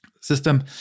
system